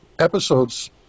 episodes